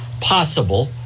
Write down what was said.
Possible